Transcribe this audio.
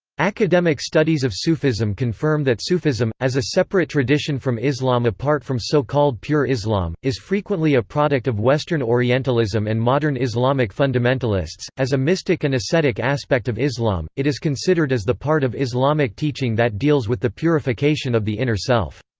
academic studies of sufism confirm that sufism, as a separate tradition from islam apart from so-called pure islam, is frequently a product of western orientalism and modern islamic fundamentalists as a mystic and ascetic aspect of islam, it is considered as the part of islamic teaching that deals with the purification of the inner self.